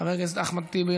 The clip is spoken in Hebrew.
חבר הכנסת אחמד טיבי,